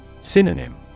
Synonym